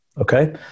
okay